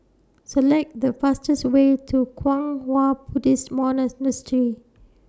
Select The fastest Way to Kwang Hua Buddhist